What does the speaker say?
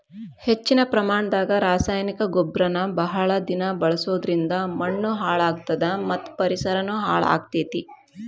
ಹೆಚ್ಚಿನ ಪ್ರಮಾಣದಾಗ ರಾಸಾಯನಿಕ ಗೊಬ್ಬರನ ಬಹಳ ದಿನ ಬಳಸೋದರಿಂದ ಮಣ್ಣೂ ಹಾಳ್ ಆಗ್ತದ ಮತ್ತ ಪರಿಸರನು ಹಾಳ್ ಆಗ್ತೇತಿ